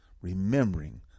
remembering